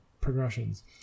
progressions